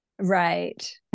Right